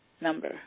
number